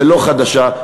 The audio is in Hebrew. ולא חדשה,